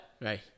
Right